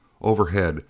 overhead,